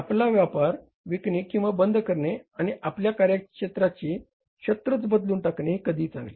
आपले व्यापार विकणे किंवा बंद करणे आणि आपल्या कार्याचे क्षेत्र बदलणे हे कधीही चांगले